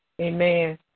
Amen